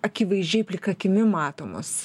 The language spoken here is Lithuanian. akivaizdžiai plika akimi matomos